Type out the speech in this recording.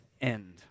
end